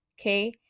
Okay